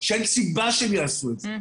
שאין סיבה שהם יעשו את זה,